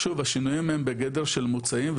שוב השינויים הם בגדר של מוצעים,